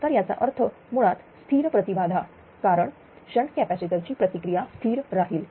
तर याचा अर्थ हे मुळात स्थिर प्रतिबाधा प्रकार कारण शंट कॅपॅसिटर ची प्रतिक्रिया स्थिर राहील